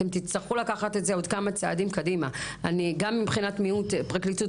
אתם תצטרכו לקחת את זה עוד כמה צעדים קדימה גם מבחינת הפרקליטות,